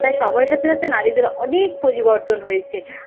তাই সময়ের সাথে সাথে নারীদের অনেক পরিবর্তন হয়েছে